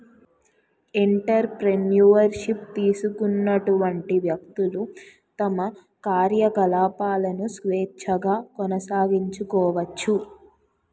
entrepreneur ship తీసుకున్నటువంటి వ్యక్తులు తమ కార్యకలాపాలను స్వేచ్ఛగా కొనసాగించుకోవచ్చు